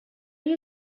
you